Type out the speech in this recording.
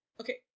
okay